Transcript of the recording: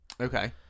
Okay